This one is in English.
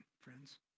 friends